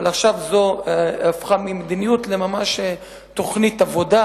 אבל עכשיו זה הפך ממדיניות לממש תוכנית עבודה,